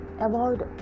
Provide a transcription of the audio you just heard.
avoid